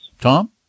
tom